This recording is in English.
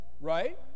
Right